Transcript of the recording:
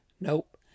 Nope